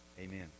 amen